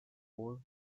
four